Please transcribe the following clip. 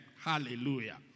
Hallelujah